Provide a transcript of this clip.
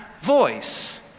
voice